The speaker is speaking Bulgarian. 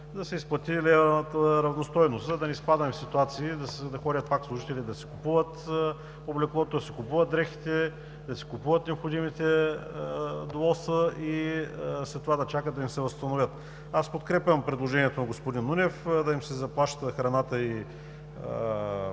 да се изплати левовата равностойност, за да не изпадаме в ситуации да се ходят пак служители да си купуват облеклото, да си купуват дрехите, да си купуват необходимите доволства и след това да чакат да им се възстановят. Аз подкрепям предложението на господин Нунев да им се заплаща храната и